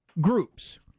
groups